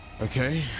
Okay